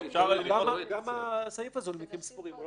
גם הסעיף הזה הוא מקרים ספורים.